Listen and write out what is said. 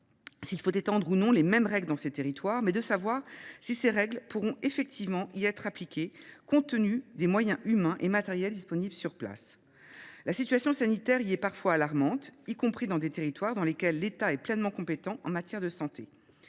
s’il faut étendre ou non les règles applicables dans l’Hexagone à ces territoires, mais de déterminer si celles ci pourront effectivement y être appliquées, compte tenu des moyens humains et matériels disponibles sur place. La situation sanitaire y est parfois alarmante, y compris dans des territoires où l’État est pleinement compétent en matière de santé.